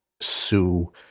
sue